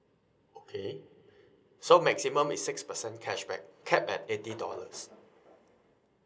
okay so maximum is six percent cashback cap at eighty dollars